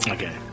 Okay